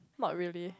not really